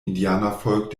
indianervolk